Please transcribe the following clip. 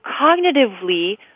cognitively